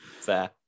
Fair